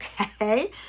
okay